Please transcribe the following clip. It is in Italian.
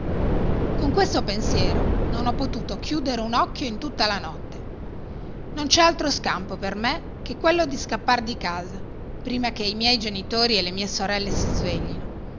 con questo pensiero non ho potuto chiudere un occhio in tutta la notte non c'è altro scampo per me che quello di scappar di casa prima che i miei genitori e le mie sorelle si sveglino